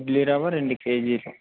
ఇడ్లి రవ్వ రెండు కేజీలు